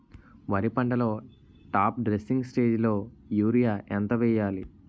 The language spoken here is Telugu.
వరి పంటలో టాప్ డ్రెస్సింగ్ స్టేజిలో యూరియా ఎంత వెయ్యాలి?